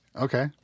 Okay